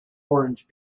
orange